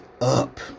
up